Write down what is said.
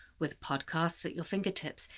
with podcasts at your fingertips,